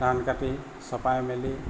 ধান কাটি চপাই মেলি